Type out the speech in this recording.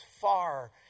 far